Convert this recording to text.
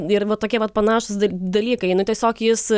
ir vat tokie vat panašūs dalykai nu tiesiog jis